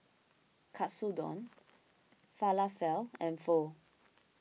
Katsudon Falafel and Pho